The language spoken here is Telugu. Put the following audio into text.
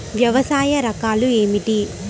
వ్యవసాయ రకాలు ఏమిటి?